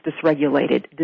dysregulated